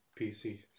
PC